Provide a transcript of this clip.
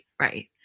right